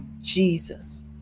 Jesus